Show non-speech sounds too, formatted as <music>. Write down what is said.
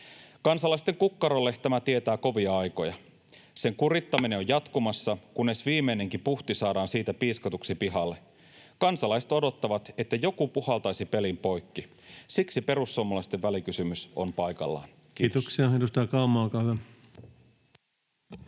Kansalaisten kukkarolle tämä tietää kovia aikoja. <noise> Sen kurittaminen on jatkumassa, kunnes viimeinenkin puhti saadaan siitä piiskatuksi pihalle. Kansalaiset odottavat, että joku puhaltaisi pelin poikki. Siksi perussuomalaisten välikysymys on paikallaan. — Kiitos.